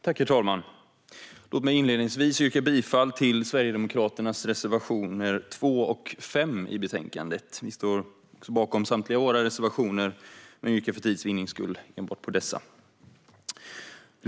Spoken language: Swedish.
Herr talman! Låt mig inledningsvis yrka bifall till Sverigedemokraternas reservationer 2 och 5 i betänkandet. Vi står bakom samtliga våra reservationer, men för tids vinnande yrkar vi bifall endast till dessa.